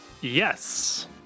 Yes